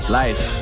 life